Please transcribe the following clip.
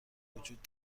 وجود